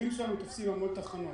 שלנו תופסים הרבה תחנות,